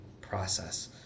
process